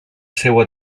seua